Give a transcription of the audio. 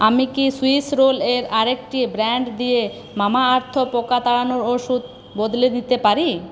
আমি কি সুইস রোলের আরেকটি ব্র্যান্ড দিয়ে মামাআর্থ পোকা তাড়ানোর ওষুধ বদলে দিতে পারি